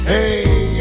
Hey